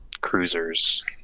cruisers